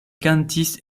kantis